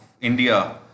India